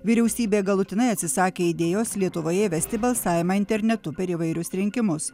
vyriausybė galutinai atsisakė idėjos lietuvoje įvesti balsavimą internetu per įvairius rinkimus